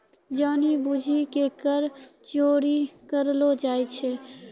जानि बुझि के कर चोरी करलो जाय छै